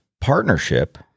partnership